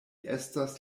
estas